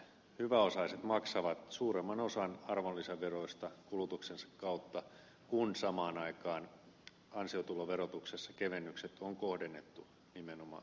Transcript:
hyväosaiset maksavat suuremman osan arvonlisäveroista kulutuksensa kautta kun samaan aikaan ansiotuloverotuksessa kevennykset on kohdennettu nimenomaan pienituloisille